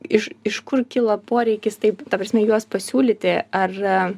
iš iš kur kyla poreikis taip ta prasme juos pasiūlyti ar